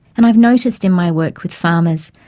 and i've noticed in my work with farmers,